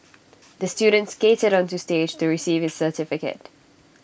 the student skated onto stage to receive his certificate